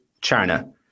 China